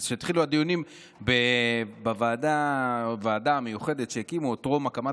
כשהתחילו הדיונים בוועדה המיוחדת שהקימו עוד טרום הקמת